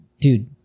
Dude